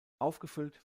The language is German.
aufgefüllt